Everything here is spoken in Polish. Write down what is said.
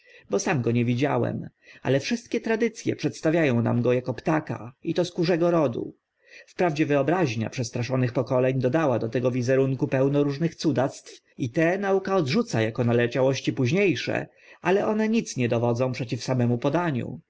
bo sam go nie widziałem ale wszystkie tradyc e przedstawia ą nam go ako ptaka i to z kurzego rodu wprawdzie wyobraźnia przestraszonych pokoleń dodała do tego wizerunku pełno różnych cudactw i te nauka odrzuca ako naleciałości późnie sze ale one nic nie dowodzą przeciw samemu podaniu